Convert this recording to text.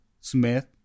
Smith